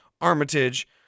Armitage